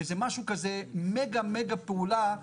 מגה מגה פעולה,